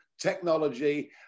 technology